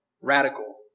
Radical